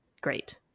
great